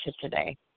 today